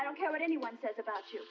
i don't care what anyone says about you